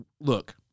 look